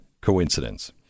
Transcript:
coincidence